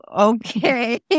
okay